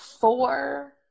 four